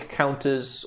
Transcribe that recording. counters